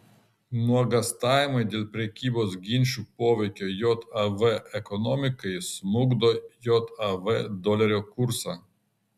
nuogąstavimai dėl prekybos ginčų poveikio jav ekonomikai smukdo jav dolerio kursą